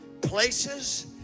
places